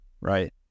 Right